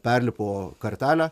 perlipo kartelę